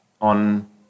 on